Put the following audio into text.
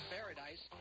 Paradise